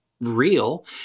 real